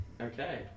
Okay